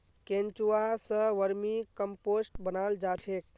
केंचुआ स vermicompost बनाल जा छेक